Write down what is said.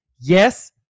yes